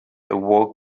awoke